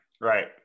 right